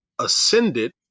ascended